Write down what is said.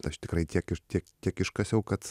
aš tikrai tiek iš tiek tiek iškasiau kad